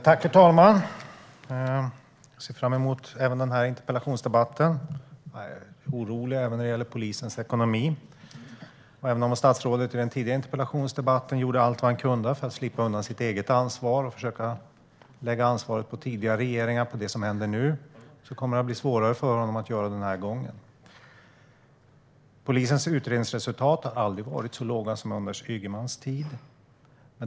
Herr talman! Jag ser fram emot även den här interpellationsdebatten. Jag är orolig även när det gäller polisens ekonomi. I den tidigare interpellationsdebatten gjorde statsrådet allt han kunde för att slippa undan sitt eget ansvar och lägga ansvaret för det som händer nu på tidigare regeringar. Det kommer att bli svårare för honom att göra det den här gången. Polisens utredningsresultat har aldrig varit så låga som under Anders Ygemans tid.